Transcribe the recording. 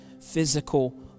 physical